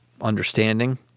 understanding